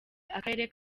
akarere